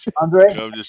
Andre